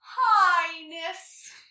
Highness